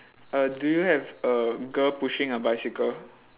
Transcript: uh do you have a girl pushing a bicycle